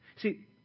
See